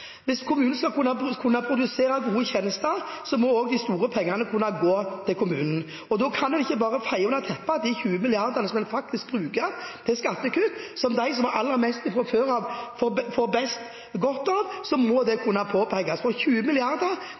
Hvis kommunen skal kunne produsere gode tjenester, må også de store pengene kunne gå til kommunen. Da kan en ikke bare feie under teppet at de 20 mrd. kr som en bruker til skattekutt, får de som har aller mest fra før av, nyte godt av. Det må kunne påpekes, for 20